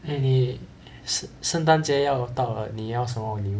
eh 你圣诞节要到了你要什么礼物